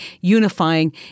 unifying